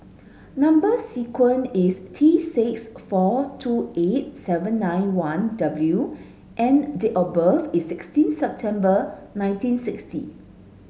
number sequence is T six four two eight seven nine one W and date of birth is sixteen September nineteen sixty